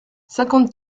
cinquante